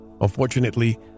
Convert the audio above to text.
Unfortunately